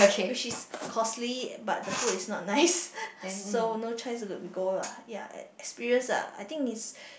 which is costly but the food is not nice so no choice we go lah ya experience the I think is